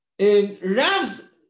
Rav's